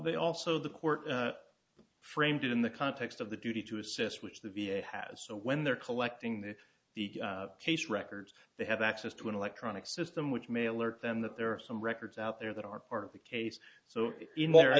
they also the court framed it in the context of the duty to assist which the v a has so when they're collecting the the case records they have access to an electronic system which may alert them that there are some records out there that are part of the case so i